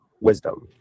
wisdom